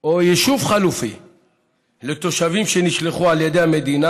או יישוב חלופי לתושבים שנשלחו על ידי המדינה